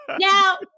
Now